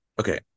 okay